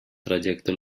trayecto